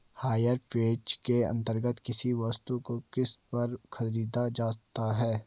higher purchase के अंतर्गत किसी वस्तु को किस्त पर खरीदा जाता है